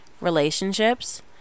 relationships